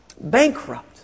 bankrupt